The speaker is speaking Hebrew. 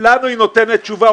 היא נותנת תשובה,